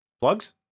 Plugs